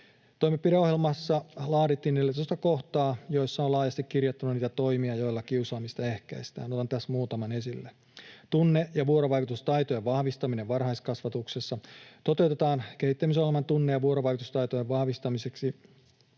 Toimenpideohjelmassa laadittiin 14 kohtaa, joissa on laajasti kirjattuna niitä toimia, joilla kiusaamista ehkäistään. Otan tässä muutaman esille. Tunne- ja vuorovaikutustaitojen vahvistaminen varhaiskasvatuksessa: Toteutetaan kehittämisohjelma tunne- ja vuorovaikutustaitojen vahvistamiseksi